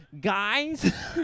guys